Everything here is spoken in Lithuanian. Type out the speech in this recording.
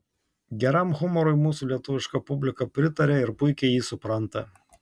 geram humorui mūsų lietuviška publika pritaria ir puikiai jį supranta